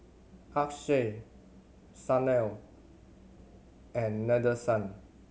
Akshay Sanal and Nadesan